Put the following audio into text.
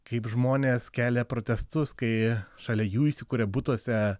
kaip žmonės kelia protestus kai šalia jų įsikuria butuose